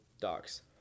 docs